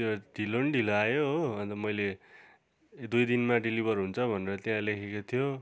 त्यो ढिलो न ढिलो आयो हो अन्त मैले दुई दिनमा डिलिभर हुन्छ भनेर त्यहाँ लेखेको थियो